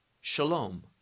Shalom